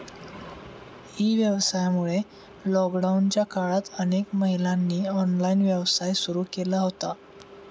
E व्यवसायामुळे लॉकडाऊनच्या काळात अनेक महिलांनी ऑनलाइन व्यवसाय सुरू केला होता